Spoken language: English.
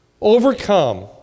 overcome